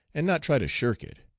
and not try to shirk it.